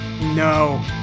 No